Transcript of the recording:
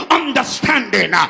understanding